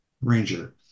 ranger